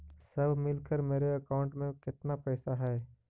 सब मिलकर मेरे अकाउंट में केतना पैसा है?